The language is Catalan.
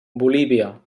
bolívia